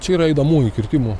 čia yra įdomųjų kirtimų